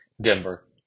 Denver